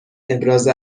ابراز